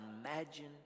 imagined